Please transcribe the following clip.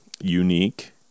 unique